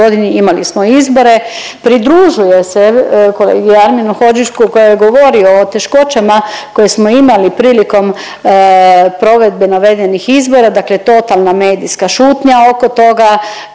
imali smo izbore, pridružujem se kolegi Arminu Hodžiću koji je govorio o teškoćama koje smo imali prilikom provedbe navedenih izbora. Dakle, totalna medijska šutnja oko toga